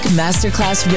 masterclass